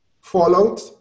fallout